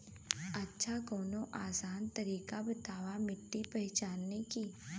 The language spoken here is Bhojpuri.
अच्छा कवनो आसान तरीका बतावा मिट्टी पहचाने की?